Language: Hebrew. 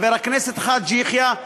חבר הכנסת חאג' יחיא,